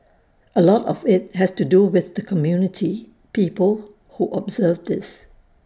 A lot of IT has to do with the community people who observe this